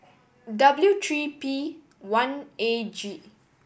W three P one A G